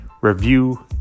review